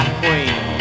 queen